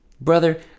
brother